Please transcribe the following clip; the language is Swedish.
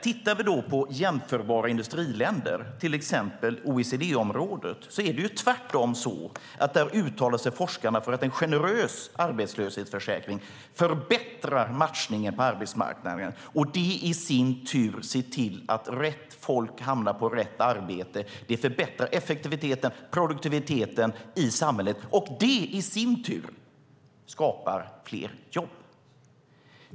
Tittar vi på jämförbara industriländer, till exempel OECD-området, är det tvärtom så att forskarna uttalar sig för att en generös arbetslöshetsförsäkring förbättrar matchningen på arbetsmarknaden. Det i sin tur ser till att rätt folk hamnar på rätt arbete. Det förbättrar effektiviteten och produktiviteten i samhället. Och det i sin tur skapar fler jobb.